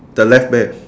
the left bear